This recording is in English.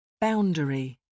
Boundary